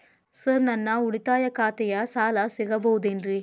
Sir ನನ್ನ ಉಳಿತಾಯ ಖಾತೆಯ ಸಾಲ ಸಿಗಬಹುದೇನ್ರಿ?